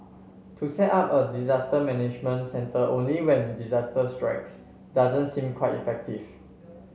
to set up a disaster management centre only when disaster strikes doesn't seem quite effective